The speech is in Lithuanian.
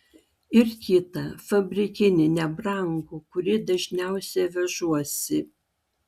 ir kitą fabrikinį nebrangų kurį dažniausiai vežuosi